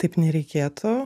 taip nereikėtų